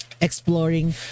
exploring